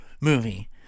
movie